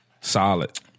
solid